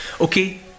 Okay